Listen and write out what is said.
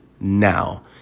now